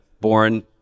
born